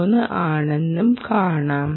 3 ആണെന്നും കാണാം